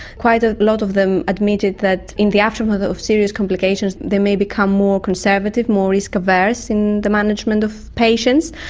quite a lot of them admitted that in the aftermath of serious complications they may become more conservative, more risk averse in the management of patients.